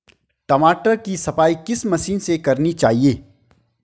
टमाटर की सफाई किस मशीन से करनी चाहिए?